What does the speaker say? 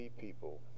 people